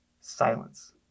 silence